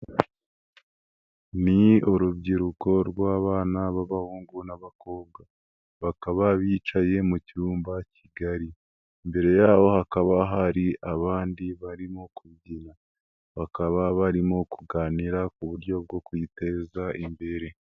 Ni urubyiruko rw'abana b'abahungu n'abakobwa, bakaba bicaye mu cyumba kigali, imbere yabo hakaba hari abandi barimo kubyina, bakaba barimo kuganira ku buryo bwo kwiteza imbere.